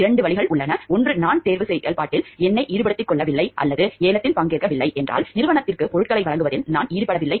இரண்டு வழிகள் உள்ளன ஒன்று நான் தேர்வு செயல்பாட்டில் என்னை ஈடுபடுத்திக் கொள்ளவில்லை அல்லது ஏலத்தில் பங்கேற்கவில்லை என்றால் நிறுவனத்திற்கு பொருட்களை வழங்குவதில் நான் ஈடுபடவில்லை